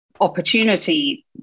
opportunity